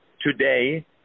today